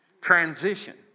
Transition